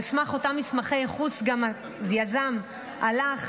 על סמך אותם מסמכי ייחוס גם היזם הלך,